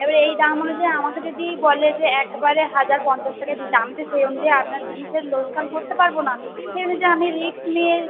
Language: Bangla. এবারে এই দাম অনুযায়ী আমাকে যদি বলে যে একবারে হাজার পঞ্চাশ টাকায় দিতে আমি তো সেই অনুযায়ী আপনার জিনিসের লোকসান করতে পারবো না সেই অনুযায়ী আমি রিস্ক নিয়ে